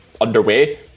underway